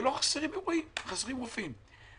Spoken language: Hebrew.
ולא חסרים אירועים, חסרים רופאים.